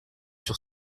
sur